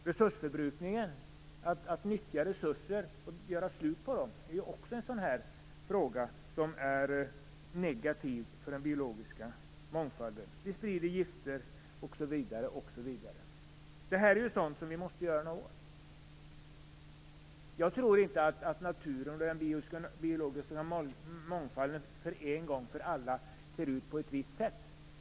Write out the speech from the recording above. Resursförbrukningen, att nyttja resurser och göra slut på dem, är också något som är negativt för den biologiska mångfalden. Vi sprider gifter, osv. Detta måste vi göra någonting åt. Jag tror inte att naturen och den biologiska mångfalden en gång för alla ser ut på ett visst sätt.